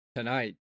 Tonight